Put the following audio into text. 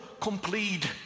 complete